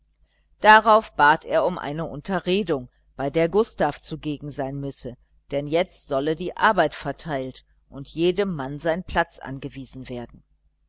darauf bat er um eine unterredung bei der gustav zugegen sein müsse denn jetzt solle die arbeit verteilt und jedem mann sein platz angewiesen werden